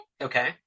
Okay